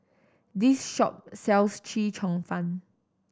this shop sells Chee Cheong Fun